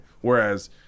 Whereas